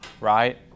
right